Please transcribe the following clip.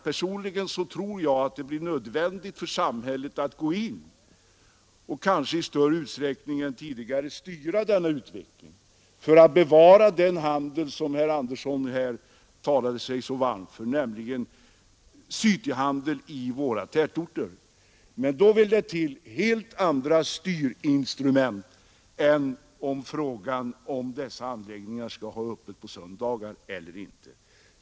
Personligen tror jag att det blir nödvändigt för samhället att gå in och kanske i större utsträckning än tidigare styra denna utveckling för att kunna bevara den handel som herr Andersson här talade sig så varm för, nämligen cityhandeln i våra tätorter. Men då vill det till helt andra styrinstrument än om dessa anläggningar skall ha öppet på söndagar eller inte.